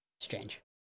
strange